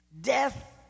death